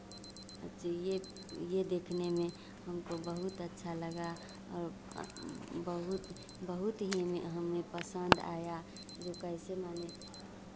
अच्छा ये ये देखने में हमको बहुत अच्छा लगा और बहुत बहुत ही हमें हमें पसन्द आया जो कैसे माने